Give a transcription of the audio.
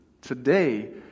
today